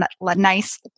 nice